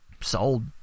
Sold